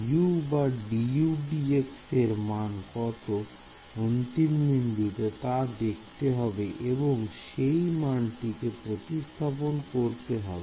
U বা dUdx এর মান কত অন্তিম বিন্দুতে তা দেখতে হবে এবং সেই মানটি প্রতিস্থাপন করতে হবে